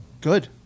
Good